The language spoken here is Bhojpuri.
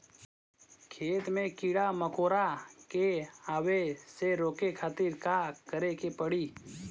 खेत मे कीड़ा मकोरा के आवे से रोके खातिर का करे के पड़ी?